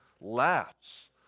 laughs